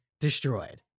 destroyed